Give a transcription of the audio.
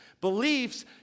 Beliefs